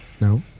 No